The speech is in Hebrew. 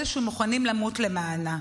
אלה שמוכנים למות למענה.